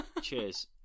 cheers